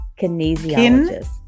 Kinesiologist